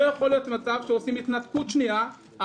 לא יכול להיות מצב שעושים התנתקות שנייה,